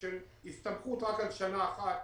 של הסתמכות רק על שנה אחת